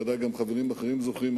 ודאי גם חברים אחרים זוכרים,